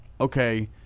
okay